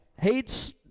Hate's